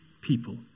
people